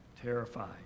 terrified